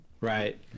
right